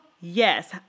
yes